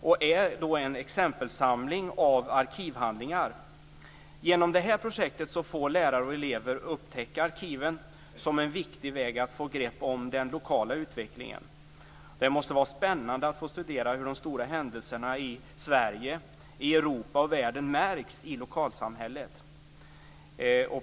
Det är en exempelsamling av arkivhandlingar. Genom detta projekt får lärare och elever upptäcka arkiven som en viktig väg att få grepp om den lokala utvecklingen. Det måste vara spännande att få studera hur de stora händelserna i Sverige, i Europa och i världen märks i lokalsamhället.